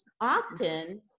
often